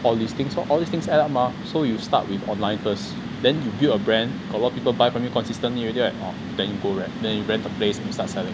all these things all the things add up mah so you start with online first then you build a brand a lot people buy from you consistently already right ah then you go back then you rent a place and start selling